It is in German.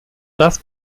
das